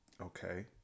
Okay